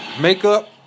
Makeup